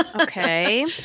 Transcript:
Okay